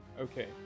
okay